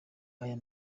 aya